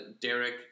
Derek